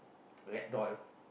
rag doll